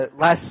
Last